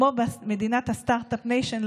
כמו שאנחנו הסטרטאפ ניישן,